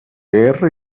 guerra